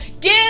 give